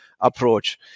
approach